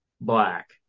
black